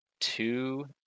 two